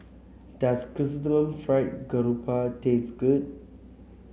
does Chrysanthemum Fried Garoupa taste good